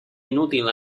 inútil